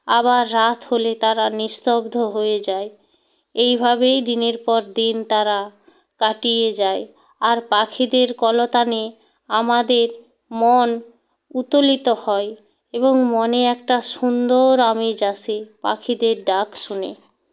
আবার রাত হলে তারা নিস্তব্ধ হয়ে যায় এইভাবেই দিনের পর দিন তারা কাটিয়ে যায় আর পাখিদের কলতানে আমাদের মন উত্তোলিত হয় এবং মনে একটা সুন্দর আমেজ আসে পাখিদের ডাক শুনে